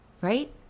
Right